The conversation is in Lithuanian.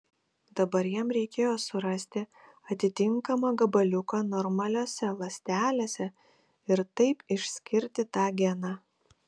dabar jam reikėjo surasti atitinkamą gabaliuką normaliose ląstelėse ir taip išskirti tą geną